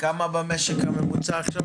כמה הממוצע במשק עכשיו?